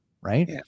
right